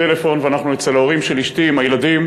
ואנחנו אצל ההורים של אשתי עם הילדים,